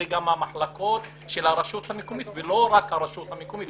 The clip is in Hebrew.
אלה גם המחלקות של הרשות המקומית ולא רק הרשות המקומית.